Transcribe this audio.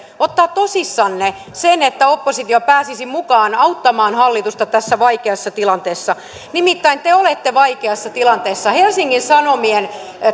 ottaa tosissanne sen että oppositio pääsisi mukaan auttamaan hallitusta tässä vaikeassa tilanteessa nimittäin te olette vaikeassa tilanteessa helsingin sanomien